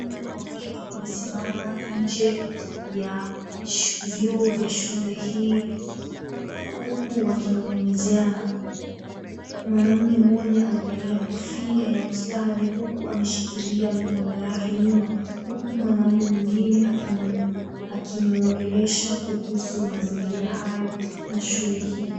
Wanaume wawili wamesimama nje ya vyoo vya shule hii huku wakinong'onezeana. Mwanaume mmoja amevalia kofia ya ustadi huku ameshikilia mikono yake nyuma huku mwanaume mwingine akimwongelesha kuhusu mazingira hayo na shule hii.